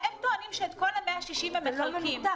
הם טוענים שאת כל ה-160 הם מחלקים.